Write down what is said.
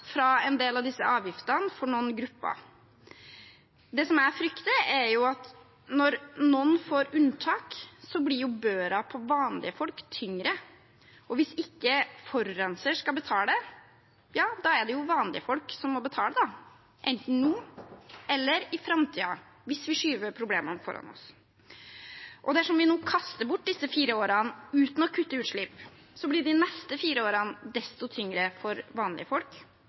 fra en del av disse avgiftene for noen grupper. Det som jeg frykter, er at når noen får unntak, blir børa for vanlige folk tyngre, og hvis ikke forurenser skal betale – ja, da er det jo vanlige folk som må betale, enten nå eller i framtiden, hvis vi skyver problemene foran oss. Dersom vi nå kaster bort disse fire årene uten å kutte utslipp, blir de neste fire årene desto tyngre for vanlige folk